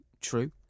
true